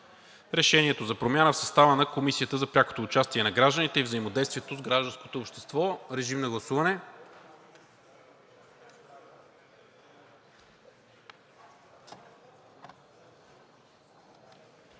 Решението за промяна в състава на Комисията за прякото участие на гражданите и взаимодействието с гражданското общество. Гласували